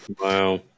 Wow